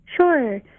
Sure